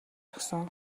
өгсөн